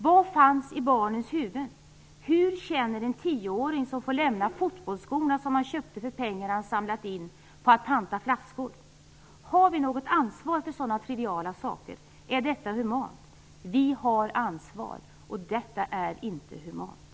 Vad fanns i barnens huvud? Hur känner en tioåring som får lämna fotbollsskorna som han köpte för pengar han samlat in på att panta flaskor? Har vi något ansvar för sådana triviala saker? Är detta humant? Vi har ansvar! Detta är inte humant!